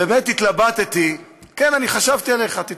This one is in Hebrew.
באמת התלבטתי, כן, חשבתי עליך, תתפלא,